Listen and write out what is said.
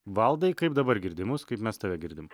valdai kaip dabar girdi mus kaip mes tave girdim